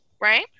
right